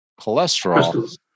cholesterol